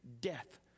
death